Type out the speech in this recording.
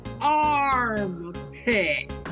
armpit